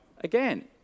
again